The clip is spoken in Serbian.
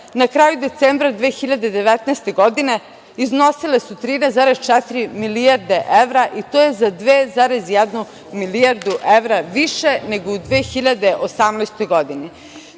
na kraju decembra 2019. godine iznosile su 13,4 milijarde evre, i to je za 2,1 milijardu evra više, nego u 2018. godini.